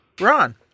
Ron